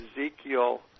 Ezekiel